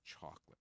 chocolate